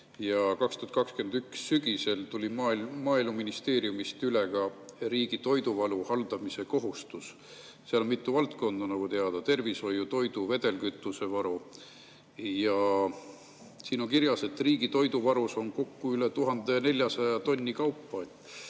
aasta sügisel tuli Maaeluministeeriumist [sinna] üle ka riigi toiduvaru haldamise kohustus. Seal on mitu valdkonda, nagu teada: tervishoid, toidu- ja vedelkütuse varu. Siin on kirjas, et riigi toiduvarus on kokku üle 1400 tonni kaupa.